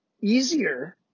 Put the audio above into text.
easier